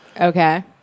Okay